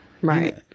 Right